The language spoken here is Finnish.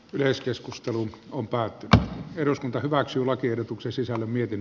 yleiskeskustelu on päätti eduskunta hyväksyi lakiehdotuksen sisällä mietin